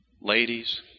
Ladies